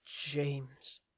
James